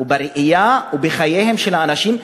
בראייה ובחייהם של אנשים,